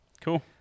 cool